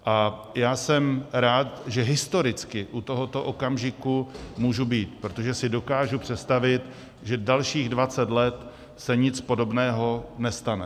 A já jsem rád, že historicky u tohoto okamžiku můžu být, protože si dokážu představit, že dalších 20 let se nic podobného nestane.